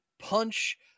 punch